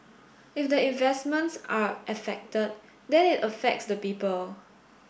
if the investments are affected then it affects the people